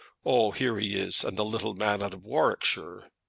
oh! here he is, and the little man out of warwickshire.